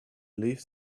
leave